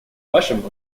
вашим